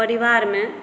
परिवारमे